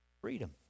Freedom